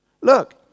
Look